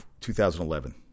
2011